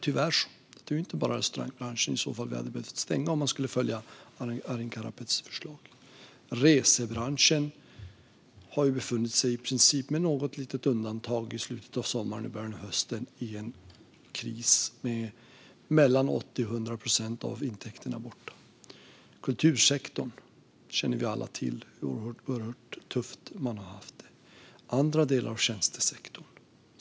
Tyvärr hade det inte bara varit restaurangbranschen som vi hade behövt stänga om vi skulle ha följt Arin Karapets förslag. Resebranschen har med något litet undantag i slutet av sommaren och början av hösten befunnit sig i en kris där mellan 80 och 100 procent av intäkterna är borta. Vi känner alla till hur oerhört tufft man har haft det i kultursektorn.